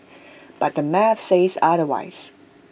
but the math says otherwise